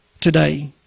today